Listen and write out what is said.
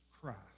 Christ